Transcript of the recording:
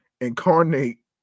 incarnate